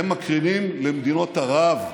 הם מקרינים למדינות ערב,